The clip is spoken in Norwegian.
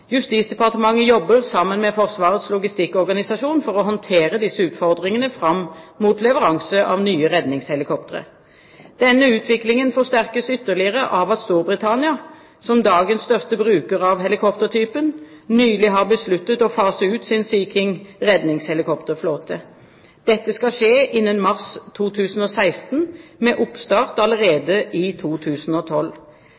Justisdepartementet jobber sammen med Forsvarets logistikkorganisasjon for å håndtere disse utfordringene fram mot leveranse av nye redningshelikoptre. Denne utviklingen forsterkes ytterligere av at Storbritannia, som dagens største bruker av helikoptertypen, nylig har besluttet å fase ut sin Sea King redningshelikopterflåte. Dette skal skje innen mars 2016, med oppstart